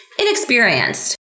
inexperienced